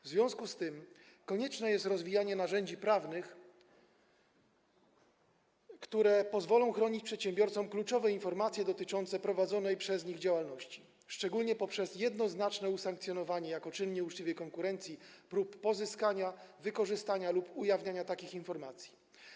W związku z tym konieczne jest rozwijanie narzędzi prawnych, które pozwolą przedsiębiorcom chronić kluczowe informacje dotyczące prowadzonej przez nich działalności, szczególnie poprzez jednoznaczne usankcjonowanie jako czynu nieuczciwej konkurencji prób pozyskania, wykorzystania lub ujawniania takich informacji.